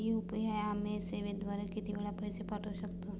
UPI आम्ही सेवेद्वारे किती वेळा पैसे पाठवू शकतो?